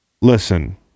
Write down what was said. Listen